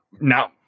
now